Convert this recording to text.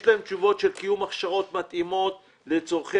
יש להם תשובות של קיום הכשרות מתאימות לצורכי